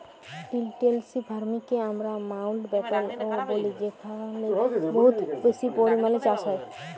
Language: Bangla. ইলটেলসিভ ফার্মিং কে আমরা মাউল্টব্যাটেল ও ব্যলি যেখালে বহুত বেশি পরিমালে চাষ হ্যয়